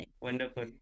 Wonderful